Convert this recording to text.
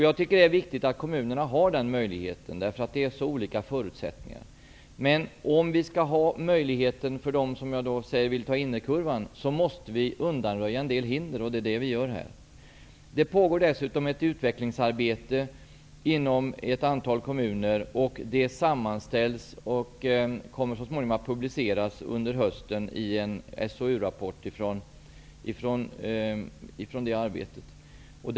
Jag tycker att det är viktigt att kommunerna har de möjligheterna, därför att det är så olika förutsättningar. Men om det skall finnas möjligheter för dem som jag säger vill ta innerkurvan, måste vi undanröja en del, och det är det vi gör här. Det pågår dessutom ett utvecklingsarbete inom ett antal kommuner. Under hösten kommer det att publiceras en sammanställning av det arbetet i en SOU-rapport.